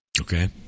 Okay